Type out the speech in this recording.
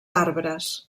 arbres